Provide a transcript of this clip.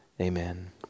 amen